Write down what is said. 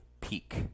peak